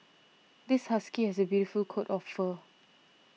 this husky has a beautiful coat of fur